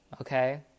okay